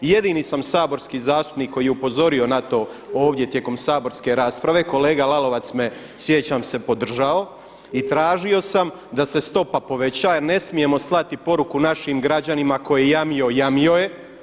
Jedini sam saborski zastupnik koji je upozorio na to ovdje tijekom saborske rasprave, kolega Lalovac me sjećam se podržao i tražio sam da se stopa poveća jer ne smijemo slati poruku našim građanima ko je jamio jamio je.